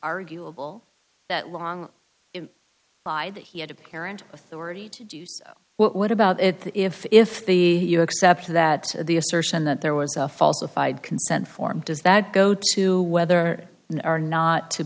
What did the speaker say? arguable that long by that he had apparent authority to do so what about if if the exception that the assertion that there was a falsified consent form does that go to whether or not to